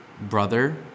brother